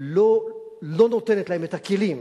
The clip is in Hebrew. לא נותנת להם את הכלים,